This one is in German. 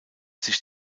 sich